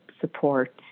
support